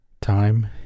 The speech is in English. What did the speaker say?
Time